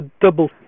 double